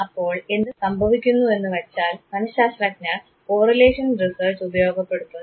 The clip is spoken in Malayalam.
അപ്പോൾ എന്തു സംഭവിക്കുന്നുവെന്നുവെച്ചാൽ മനഃശാസ്ത്രജ്ഞർ കോറിലേഷണൽ റിസർച്ച് ഉപയോഗപ്പെടുത്തുന്നു